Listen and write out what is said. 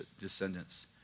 descendants